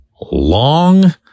long